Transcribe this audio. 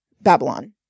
Babylon